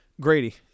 Grady